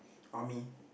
army